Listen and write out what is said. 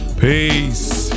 peace